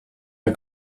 der